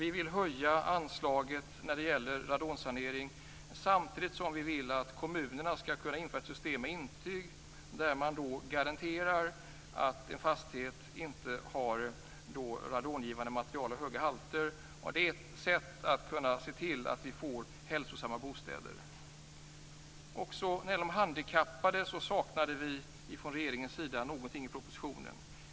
Vi vill höja anslaget när det gäller radonsanering samtidigt som vi vill att kommunerna skall kunna införa ett system med intyg där man garanterar att en fastighet inte har radongivande material eller höga halter av radon. Det är ett sätt att se till att vi får hälsosamma bostäder. Också när det gäller de handikappade saknar vi någonting från regeringens sida i propositionen.